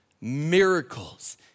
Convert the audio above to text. Miracles